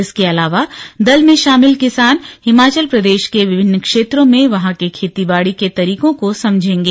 इसके अलावा दल में शामिल किसान हिमाचल प्रदेश के विभिन्न क्षेत्रों में वहां के खेती बाड़ी के तरीकों को समझेंगे